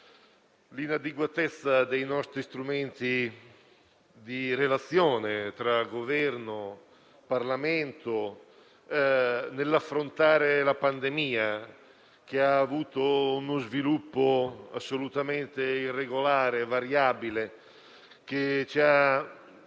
l'inadeguatezza degli strumenti di relazione tra Governo e Parlamento nell'affrontare la pandemia che ha avuto uno sviluppo assolutamente irregolare e variabile, tale da